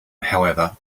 however